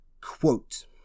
quote